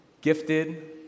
gifted